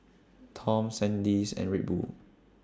Toms Sandisk and Red Bull